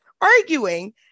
arguing